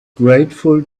grateful